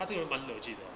他这有满 legit 了